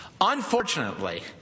Unfortunately